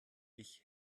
ich